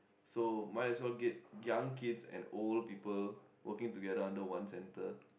so might as well get young kids and old people working together under one centre